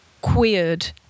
queered